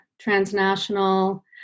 transnational